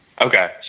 Okay